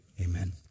Amen